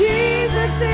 Jesus